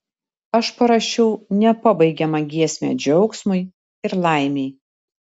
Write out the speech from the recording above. aš parašiau nepabaigiamą giesmę džiaugsmui ir laimei